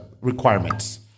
requirements